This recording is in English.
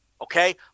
Okay